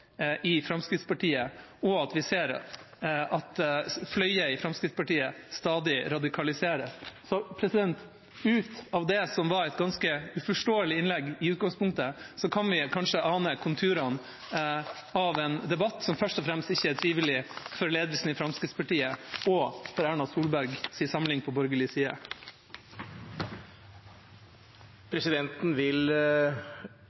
i Fremskrittspartiet og at vi ser at fløyer i Fremskrittspartiet stadig radikaliseres. Ut av det som var et ganske uforståelig innlegg i utgangspunktet, kan vi kanskje ane konturene av en debatt som først og fremst ikke er trivelig for ledelsen i Fremskrittspartiet og for Erna Solbergs samling på borgerlig side.